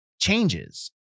changes